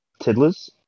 Tiddlers